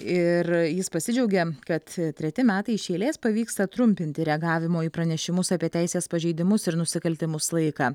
ir jis pasidžiaugė kad treti metai iš eilės pavyksta trumpinti reagavimo į pranešimus apie teisės pažeidimus ir nusikaltimus laiką